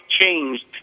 changed